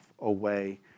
away